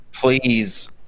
Please